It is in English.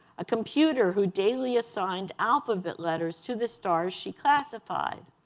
a computer who daily assigned alphabet letters to the stars she classified.